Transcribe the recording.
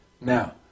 Now